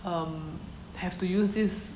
um have to use this